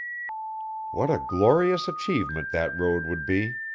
what a glorious achievement that road would be!